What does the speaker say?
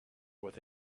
with